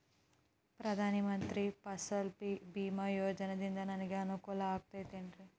ಪ್ರಧಾನ ಮಂತ್ರಿ ಫಸಲ್ ಭೇಮಾ ಯೋಜನೆಯಿಂದ ನನಗೆ ಅನುಕೂಲ ಆಗುತ್ತದೆ ಎನ್ರಿ?